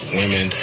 women